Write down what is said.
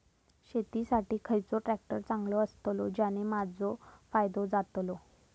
शेती साठी खयचो ट्रॅक्टर चांगलो अस्तलो ज्याने माजो फायदो जातलो?